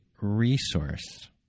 resource